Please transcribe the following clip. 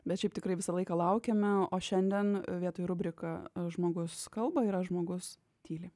bet šiaip tikrai visą laiką laukėme o šiandien vietoj rubrika žmogus kalba yra žmogus tyli